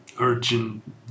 urgent